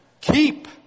keep